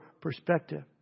perspective